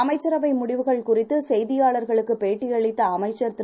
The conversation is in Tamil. அமைச்சரவைமுடிவுகள்குறித்துசெய்தியாளர்களுக்குபேட்டிஅளித்தஅமைச்சர்திரு